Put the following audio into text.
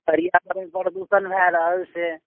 पर्यावरण परदूषण भऽ रहल छै